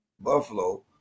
Buffalo